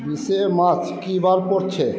বিশে মার্চ কি বার পড়ছে